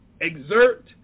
exert